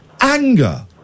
anger